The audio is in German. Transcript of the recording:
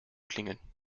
klingen